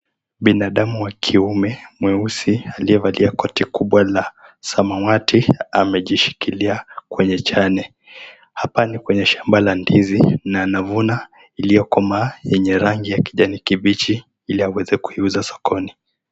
Binadamu wa kiume mweusi aliyevalia koti kubwa la samawati amejishikilia kwenye chane. Hapa ni kwenye shamba la ndizi na anavuna iliyokomaa yenye rangi ya kijani kibichi ili aweze kuiuza sokoni.